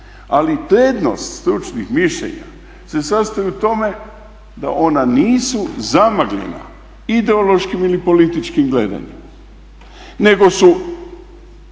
Ali prednost stručnih mišljenja se sastoji u tome da ona nisu zamagljena ideološkim ili političkim gledanjem, nego su